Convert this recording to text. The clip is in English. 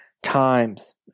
times